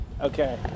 Okay